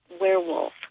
werewolf